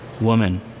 woman